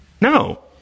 No